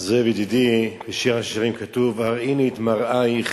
זאב ידידי, בשיר השירים כתוב: "הראיני את מראיך